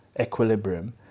equilibrium